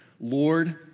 Lord